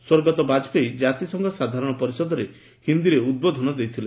ସ୍ୱର୍ଗତ ବାକପେୟୀ କାତିସଂଘ ସାଧାରଶ ପରିଷଦରେ ହିନ୍ଦୀରେ ଉଦ୍ବୋଧନ ଦେଇଥଲେ